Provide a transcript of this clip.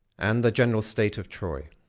and the general state of troy.